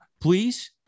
please